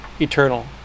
eternal